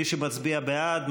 מי שמצביע בעד,